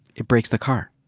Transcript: it breaks the car.